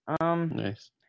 Nice